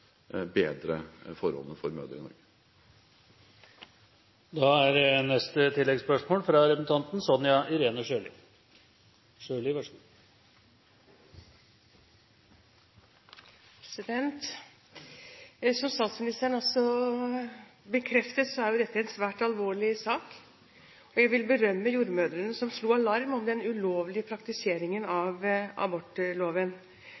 bedre forholdene for mødrene. Sonja Irene Sjøli – til oppfølgingsspørsmål. Som statsministeren også bekrefter, er dette en svært alvorlig sak. Jeg vil berømme jordmødrene som slo alarm om den ulovlige praktiseringen